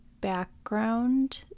background